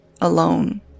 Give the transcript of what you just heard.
alone